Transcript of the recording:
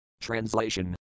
Translation